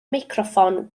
meicroffon